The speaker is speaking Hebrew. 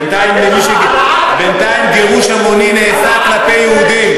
בינתיים גירוש המוני נעשה כלפי יהודים.